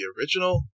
original